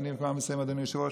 אני כבר מסיים, אדוני היושב-ראש.